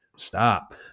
stop